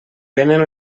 vénen